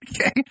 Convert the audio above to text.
Okay